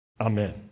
Amen